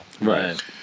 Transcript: Right